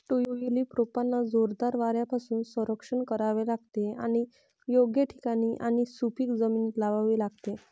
tulip रोपांना जोरदार वाऱ्यापासून संरक्षण करावे लागते आणि योग्य ठिकाणी आणि सुपीक जमिनीत लावावे लागते